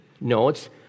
notes